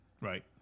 Right